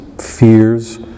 fears